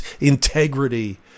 integrity